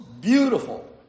beautiful